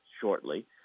shortly